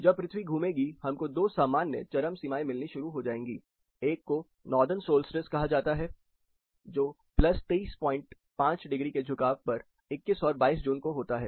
जब पृथ्वी घूमेगी हमको दो सामान्य चरम सीमाएं मिलनी शुरू हो जाएंगी एक को नॉर्दन सॉल्स्टिस कहा जाता है जो 235° के झुकाव पर 21 और 22 जून को होता हैं